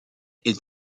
est